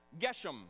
Geshem